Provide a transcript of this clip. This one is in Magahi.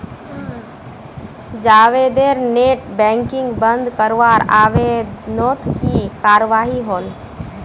जावेदेर नेट बैंकिंग बंद करवार आवेदनोत की कार्यवाही होल?